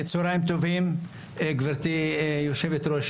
צוהריים טובים גבירתי יושבת-הראש,